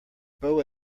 bow